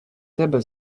тебе